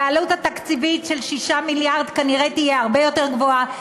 והעלות התקציבית של 6 מיליארד כנראה תהיה הרבה יותר גבוהה.